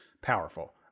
Powerful